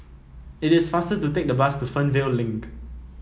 it is faster to take the bus to Fernvale Link